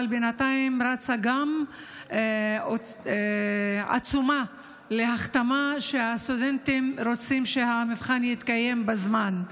אבל בינתיים רצה גם עצומה להחתמה שהסטודנטים רוצים שהמבחן יתקיים בזמן.